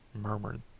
murmured